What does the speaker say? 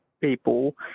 people